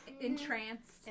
entranced